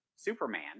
Superman